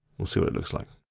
or so it looks like.